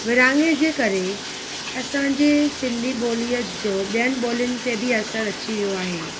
विरहाङे जे करे असांजी सिंधी ॿोलीअ जो ॿियनि ॿोलियुनि ते बि असरु अची वियो आहे